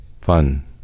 fun